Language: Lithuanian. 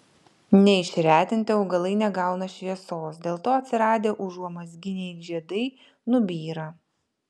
neišretinti augalai negauna šviesos dėl to atsiradę užuomazginiai žiedai nubyra